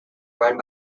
run